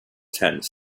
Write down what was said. tents